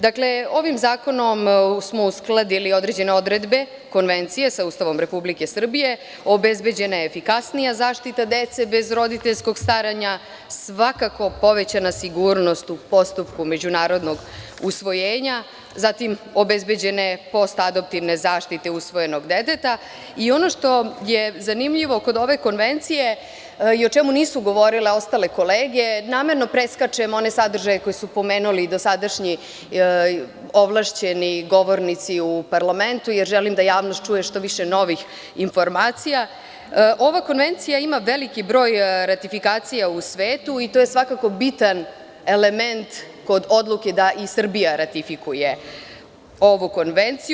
Dakle, ovim zakonom smo uskladili određene odredbe Konvencije sa Ustavom Republike Srbije, obezbeđena je efikasnija zaštita dece bez roditeljskog staranja, svakako povećana sigurnost u postupku međunarodnog usvojenja, zatim obezbeđene postadoptivne zaštite usvojenog deteta i ono što je zanimljivo kod ove konvencije i o čemu nisu govorile ostale kolege, namerno preskačem one sadržaje koje su spomenuli dosadašnji ovlašćeni govornici u parlamentu, jer želim da javnost čuje što više novih informacija, ova konvencija ima veliki broj ratifikacija u svetu i to je svakako bitan element kod odluke da i Srbija ratifikuje ovu konvenciju.